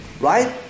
Right